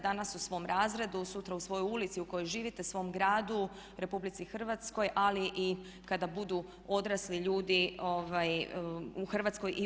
Danas u svom razredu, sutra u svojoj ulici u kojoj živite, u svom gradu, RH ali i kada budu odrasli ljudi u Hrvatskoj i u EU.